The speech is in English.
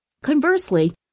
Conversely